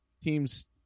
teams